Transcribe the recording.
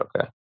Okay